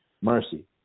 mercy